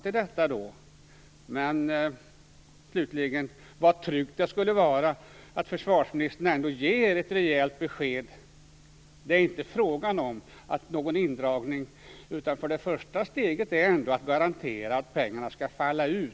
Slutligen vill jag säga hur tryggt det skulle vara om försvarsministern ändå gav ett rejält besked: Det är inte fråga om någon indragning. Det första steget är ändå att garantera att pengarna skall falla ut.